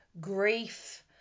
grief